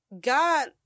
God